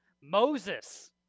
Moses